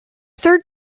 third